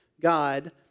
God